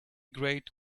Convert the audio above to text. grate